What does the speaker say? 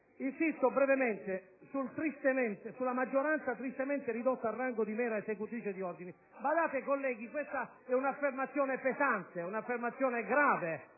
passaggio relativo alla maggioranza tristemente ridotta al rango di mera esecutrice di ordini. Badate colleghi, questa è un affermazione pesante, un'affermazione grave,